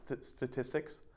statistics